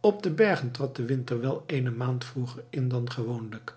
op de bergen trad de winter wel eene maand vroeger in dan gewoonlijk